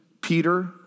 Peter